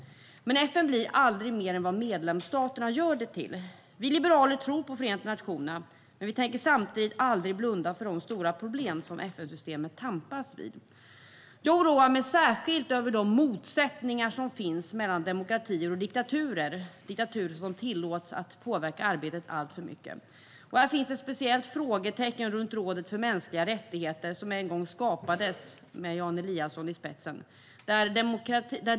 FN blir aldrig mer än vad medlemsstaterna gör det till. Vi liberaler tror på Förenta nationerna, men vi tänker samtidigt aldrig blunda för de stora problem som FN-systemet tampas med. Jag oroar mig särskilt över de motsättningar som finns mellan demokratier och diktaturer, diktaturer som tillåts att påverka arbetet alltför mycket. Det finns ett speciellt frågetecken kring rådet för mänskliga rättigheter, som en gång skapades med Jan Eliasson i spetsen.